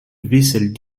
vaisselle